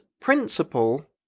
principle